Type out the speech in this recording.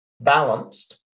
balanced